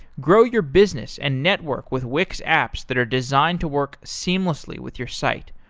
grow your business and network with wix apps that are designed to work seamlessly with your site,